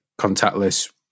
contactless